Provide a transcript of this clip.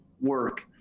work